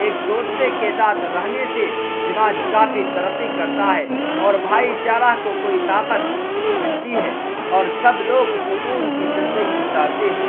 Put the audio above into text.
ایک دوسرے کے ساتھ رہنے سے سماج کافی ترقی کرتا ہے اور بھائی چارہ کو کوئی طاقت ملتی ہے اور سب لوگ سکون کی زندگی گزارتے ہیں